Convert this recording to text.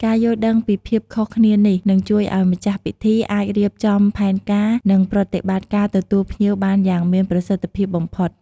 ការយល់ដឹងពីភាពខុសគ្នានេះ នឹងជួយឲ្យម្ចាស់ពិធីអាចរៀបចំផែនការ និងប្រតិបត្តិការទទួលភ្ញៀវបានយ៉ាងមានប្រសិទ្ធភាពបំផុត។